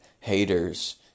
haters